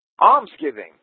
Almsgiving